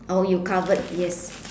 oh you covered yes